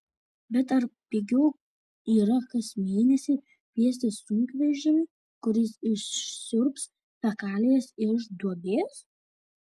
bet ar pigiau yra kas mėnesį kviestis sunkvežimį kuris išsiurbs fekalijas iš duobės